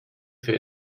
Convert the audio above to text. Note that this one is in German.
für